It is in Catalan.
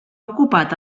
ocupat